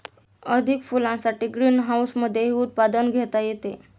अधिक फुलांसाठी ग्रीनहाऊसमधेही उत्पादन घेता येते